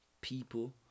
people